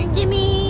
Jimmy